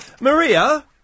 Maria